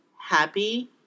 happy